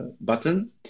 button